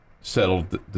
settled –